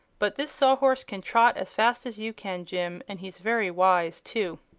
but this sawhorse can trot as fast as you can, jim and he's very wise, too.